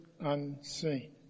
unseen